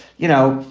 you know,